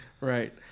Right